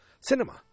cinema